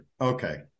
Okay